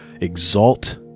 exalt